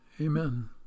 Amen